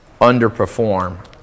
underperform